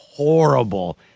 horrible